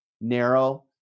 narrow